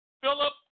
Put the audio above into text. Philip